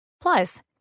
Plus